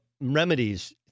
remedies